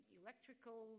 electrical